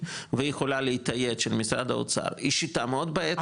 ויכולה להתאייד של משרד האוצר היא שיטה מאוד בעייתית,